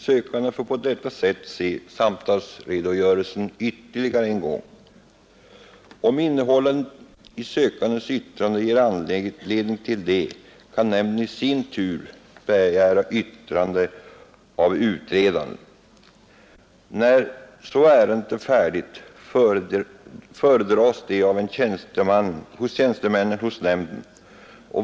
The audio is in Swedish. Sökanden får på detta sätt se samtalsredogörelsen ytterligare en gång. Om innehållet i sökandens yttrande ger anledning till det, kan nämnden i sin tur begära yttrande av utredaren. När så ärendet är färdigt föredras det av en av tjänstemännen hos nämnden.